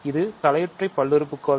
இது தலையொற்றை பல்லுறுப்புக்கோவை